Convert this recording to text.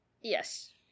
yes